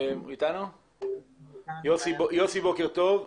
בוקר טוב.